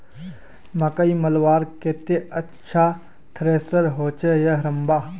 मकई मलवार केते अच्छा थरेसर होचे या हरम्बा?